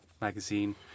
magazine